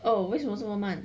哦为什么这么慢